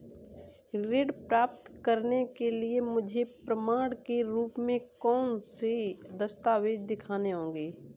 ऋण प्राप्त करने के लिए मुझे प्रमाण के रूप में कौन से दस्तावेज़ दिखाने होंगे?